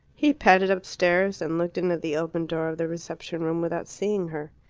he padded upstairs, and looked in at the open door of the reception-room without seeing her.